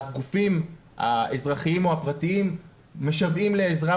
הגופים האזרחיים או הפרטיים משוועים לעזרה,